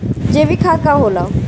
जैवीक खाद का होला?